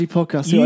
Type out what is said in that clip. Podcast